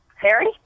Harry